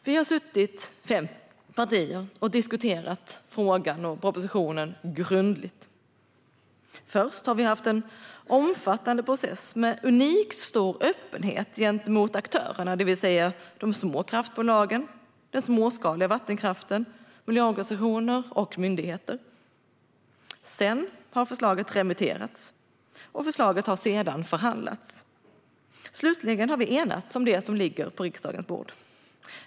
Fem partier har suttit och diskuterat frågan och propositionen grundligt. Först har vi haft en omfattande process med en unikt stor öppenhet gentemot aktörerna, det vill säga de små kraftbolagen, den småskaliga vattenkraften, miljöorganisationer och myndigheter. Sedan har förslaget remitterats, och därefter har förslaget förhandlats. Slutligen har vi enats om det som ligger på riksdagens bord.